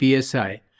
PSI